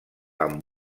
amb